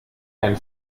einen